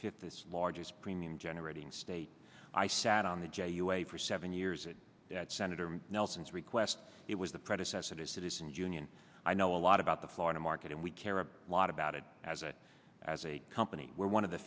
fifth this largest premium generating state i sat on the j u a for seven years and that's senator nelson's request it was the predecessor to citizens union i know a lot about the florida market and we care a lot about it as a as a company where one of the